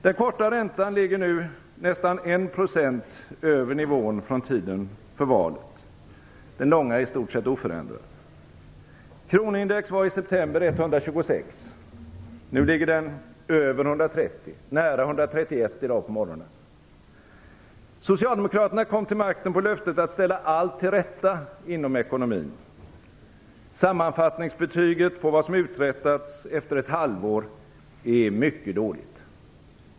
Den korta räntan ligger nu nästan en procentenhet över nivån från tiden för valet, medan den långa är i stort sett oförändrad. Kronindex var i september 126, och nu ligger det över 130 - i dag på morgonen nära 131. Socialdemokraterna kom till makten på löftet att ställa allt till rätta inom ekonomin. Sammanfattningsbetyget på vad som uträttats efter ett halvår är mycket dåligt.